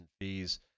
fees